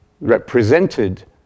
represented